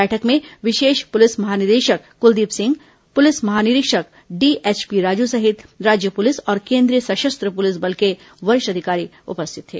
बैठक में विशेष पुलिस महानिदेशक कुलदीप सिंह पुलिस महानिरीक्षक डीएचपी राजु सहित राज्य पुलिस और केंद्रीय सशस्त्र पुलिस बल के वरिष्ठ अधिकारी उपस्थित थे